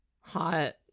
Hot